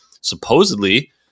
supposedly